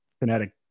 kinetic